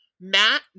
matt